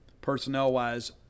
personnel-wise